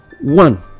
One